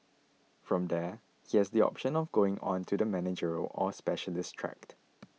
from there he has the option of going on to the managerial or specialist track